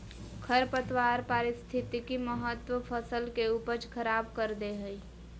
खरपतवार पारिस्थितिक महत्व फसल के उपज खराब कर दे हइ